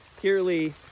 purely